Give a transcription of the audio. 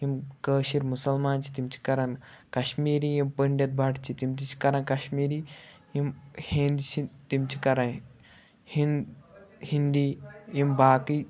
یِم کٲشِرۍ مُسلمان چھِ تِم چھِ کَران کشمیٖری یِم پٔنڈِت بَٹہٕ چھِ تِم تہِ چھِ کَران کشیمیٖری یِم ہیٚنٛدۍ چھِ تِم چھِ کَران ہِن ہِندی یِم باقٕے